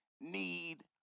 Need